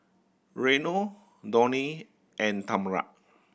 Reino Donnie and Tamra